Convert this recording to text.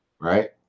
right